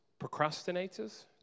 procrastinators